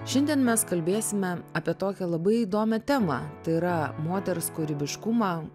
šiandien mes kalbėsime apie tokią labai įdomią temą tai yra moters kūrybiškumą